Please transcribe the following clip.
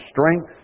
strength